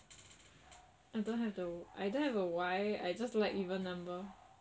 I don't the I don't have a why I just like even number